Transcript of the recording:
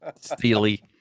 steely